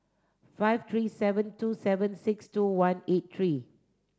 five three seven two seven six two one eight three